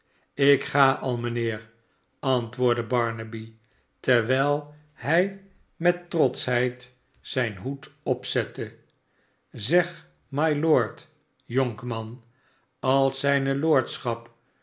slk ga al mijnheer antwoordde barnaby terwijl hij met trotschheid zijn hoed opzette szeg mylord jonkman als zijne lordschap